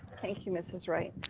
thank you, mrs. wright.